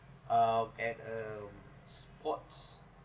uh at a sports